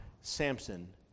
Samson